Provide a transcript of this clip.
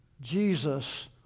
Jesus